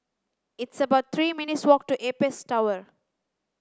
it's about three minutes' walk to Apex Tower